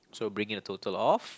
so bring in the total of